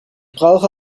brauche